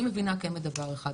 אני מבינה כן בדבר אחד,